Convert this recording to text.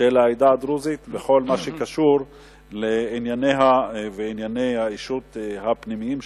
של העדה הדרוזית בכל מה שקשור לענייניה וענייני האישות הפנימיים שלה.